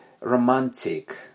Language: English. romantic